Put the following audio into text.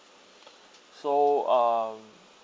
so uh